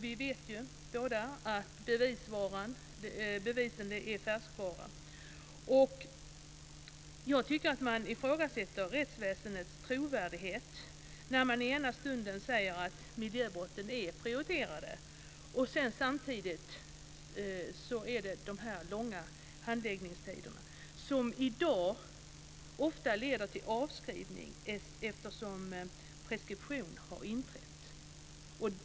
Vi vet båda att bevis är färskvara. Jag tycker att man ifrågasätter rättsväsendets trovärdighet när man säger att miljöbrotten är prioriterade och det samtidigt är långa handläggningstider. De leder i dag ofta till avskrivning av ärenden eftersom preskription inträder.